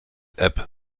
app